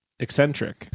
eccentric